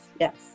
Yes